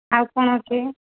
ଆଉ କ'ଣ ଅଛି